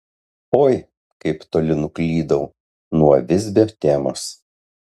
oi kaip toli nuklydau nuo visbio temos